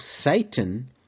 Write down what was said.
Satan